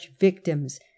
victims